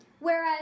Whereas